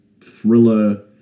thriller